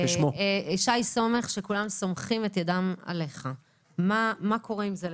שי סומך שכולם סומכים את ידם עליך, מה קורה עם זה?